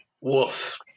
Woof